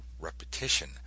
repetition